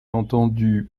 entendus